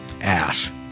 ass